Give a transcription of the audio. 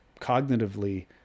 cognitively